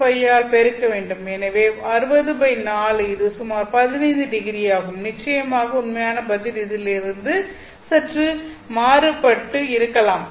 25 ஆல் பெருக்க வேண்டும் எனவே 604 இது சுமார் 15 டிகிரி ஆகும் நிச்சயமாக உண்மையான பதில் இதிலிருந்து சிறிது சற்று மாறுபட்டு இருக்கலாம்